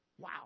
Wow